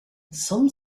some